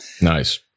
Nice